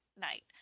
night